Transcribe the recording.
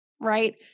right